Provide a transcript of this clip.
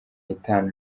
nitanu